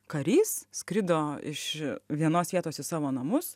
karys skrido iš vienos vietos į savo namus